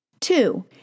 Two